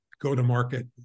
go-to-market